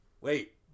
Wait